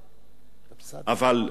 אבל להתעלל?